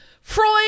Freud